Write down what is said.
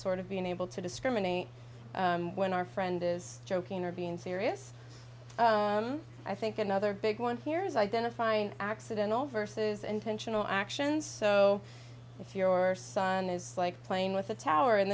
sort of being able to discriminate when our friend is joking or being serious i think another big one here is identifying accidental versus intentional actions so if your son is like playing with a tower